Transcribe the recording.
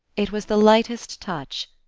it was the lightest touch,